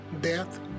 death